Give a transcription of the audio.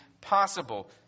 possible